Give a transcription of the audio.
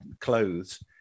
clothes